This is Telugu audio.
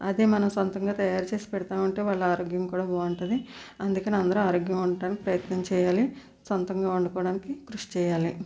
అదే మనం సొంతంగా తయారు చేసి పెడుతూ ఉంటే వాళ్ళ ఆరోగ్యం కూడా బాగుంటుంది అందుకనే అందరూ ఆరోగ్యంగా ఉండటానికి ప్రయత్నం చేయాలి సొంతంగా వండుకోవడానికి కృషి చేయాలి